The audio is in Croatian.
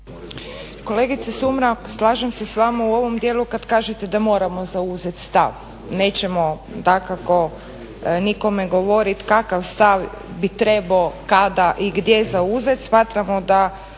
Kolegice Sumrak slažem se s vama u ovom dijelu kad kažete da moramo zauzeti stav, nećemo dakako nikome govoriti kakav stav bi trebao kada i gdje zauzeti,